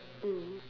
mm